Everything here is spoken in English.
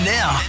now